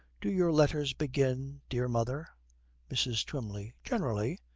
do your letters begin dear mother mrs. twymley. generally.